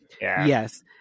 Yes